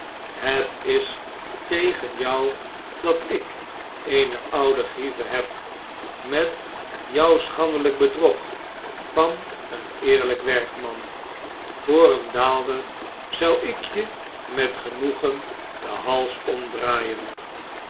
het is tegen jou dat ik eene oude grieve heb met jou schandelp bedrog van een eerlyk werkman yoor een daalder zou ik je met genoegen den hals omdraaien